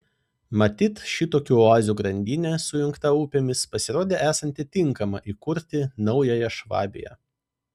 matyt šitokių oazių grandinė sujungta upėmis pasirodė esanti tinkama įkurti naująją švabiją